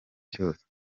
cyose